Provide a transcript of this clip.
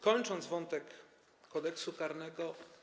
Kończę wątek Kodeksu karnego.